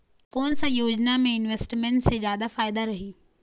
कोन सा योजना मे इन्वेस्टमेंट से जादा फायदा रही?